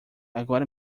agora